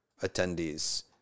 attendees